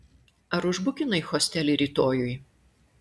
ar užbukinai hostelį rytojui